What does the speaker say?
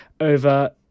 over